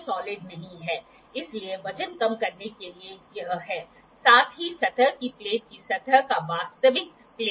और sine bar की तुलना में एंगल गेज के साथ एंगल सेट करने की प्रक्रिया कम जटिल है